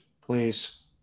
Please